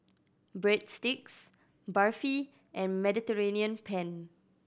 Breadsticks Barfi and Mediterranean Penne